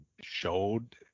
showed